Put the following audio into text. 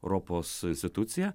europos institucija